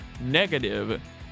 negative